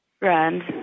rand